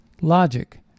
logic